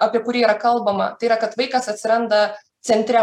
apie kurį yra kalbama tai yra kad vaikas atsiranda centre